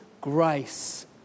grace